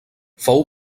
fou